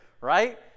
right